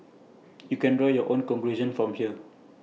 you can draw your own conclusion from here